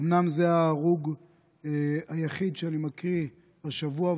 אומנם זה ההרוג היחיד שאני מקריא השבוע,